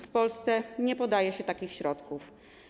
W Polsce nie podaje się takich środków.